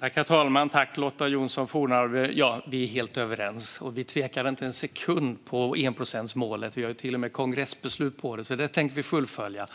Herr talman! Lotta Johnsson Fornarve och jag är helt överens. Vi tvekar inte en sekund om enprocentsmålet; vi har ju till och med kongressbeslut på det, så det tänker vi fullfölja.